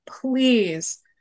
please